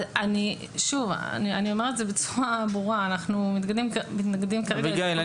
אני אומר את זה בצורה ברורה אנחנו מתנגדים כרגע --- אביגיל,